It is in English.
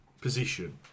position